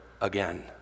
again